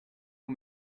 nur